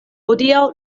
hodiaŭ